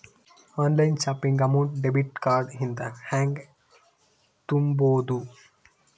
Online shopping amount debit card ಇಂದ ಹೆಂಗ್ ತುಂಬೊದು?